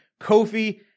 Kofi